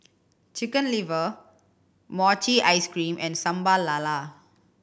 Chicken Liver mochi ice cream and Sambal Lala